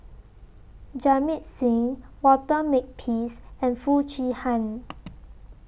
Jamit Singh Walter Makepeace and Foo Chee Han